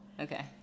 Okay